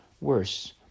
worse